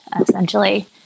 essentially